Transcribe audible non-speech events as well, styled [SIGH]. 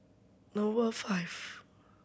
[UNINTELLIGIBLE] five